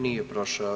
Nije prošao.